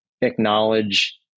acknowledge